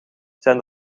zijn